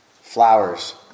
flowers